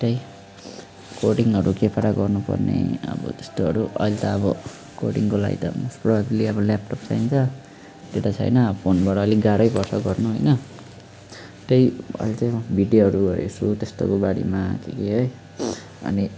त्यही कोडिङहरू के पारा गर्नु पर्ने अब त्यस्तोहरू अहिले त अब कोडिङको लागि त प्रोभेबली अब ल्यापटप चाहिन्छ त्यो त छैन अब फोनबाट अलिक गाह्रै पर्छ गर्नु होइन त्यही अहिले चाहिँ भिडियोहरू हेर्छु त्यस्तोहरू बारेमा के के है अनि